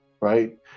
right